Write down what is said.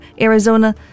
Arizona